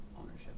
ownership